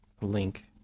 link